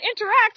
interact